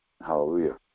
hallelujah